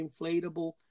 inflatable